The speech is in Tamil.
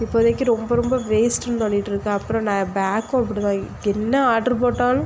இப்போதைக்கு ரொம்ப ரொம்ப வேஸ்ட்டுன்னு தோணிட்டுருக்கு அப்புறம் நான் பேக்கும் அப்படி தான் என்ன ஆர்ட்ரு போட்டாலும்